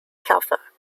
clover